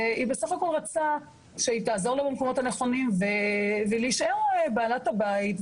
והיא בסך הכל רצתה שהמטפלת תעזור לה במקומות הנכונים ולהישאר בעלת הבית.